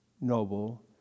noble